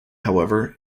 however